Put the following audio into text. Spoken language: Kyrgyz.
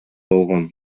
болгон